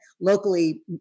locally